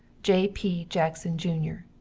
j p. jackson jr.